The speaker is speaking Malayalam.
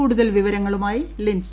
കൂടുതൽ വിശദവിവരങ്ങളുമായി ലിൻസ